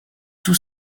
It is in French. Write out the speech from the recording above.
tous